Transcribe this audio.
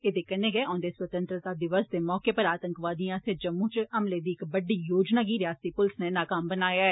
ऐदे कन्नै गै औंदे स्वतंत्रता दिवस दे मौके उप्पर आतंकवादिएं आस्सेआ जम्मू च हमले दी इक बड्डी योजना गी रियासती पुलस नै नाकाम बनाया ऐ